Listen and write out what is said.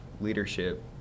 leadership